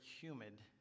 humid